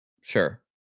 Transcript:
sure